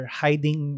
hiding